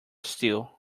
still